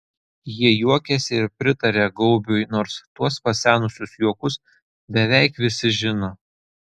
jie juokiasi ir pritaria gaubiui nors tuos pasenusius juokus beveik visi žino